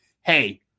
Hey